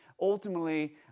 ultimately